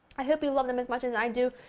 i hope you love them as much as i do,